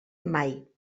mai